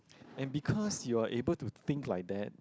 and because you're able to think like that